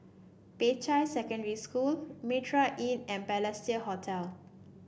Peicai Secondary School Mitraa Inn and Balestier Hotel